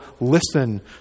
listen